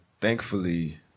thankfully